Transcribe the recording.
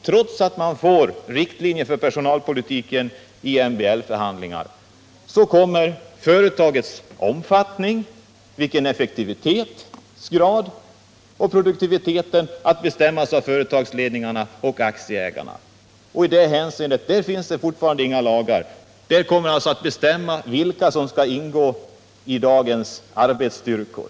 Trots att man får riktlinjer för personalpolitiken i MBL-förhandlingar kommer ju företagens omfattning, effektivitetsgrad och produktivitet att bestämmas av företagsledningarna och aktieägarna. I det hänseendet finns fortfarande inga lagar. Företagsledningarna kommer att bestämma vilka som skall ingå i dagens arbetsstyrkor.